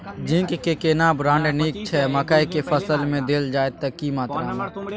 Zinc के केना brand नीक छैय मकई के फसल में देल जाए त की मात्रा में?